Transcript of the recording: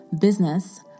business